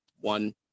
one